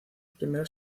primeros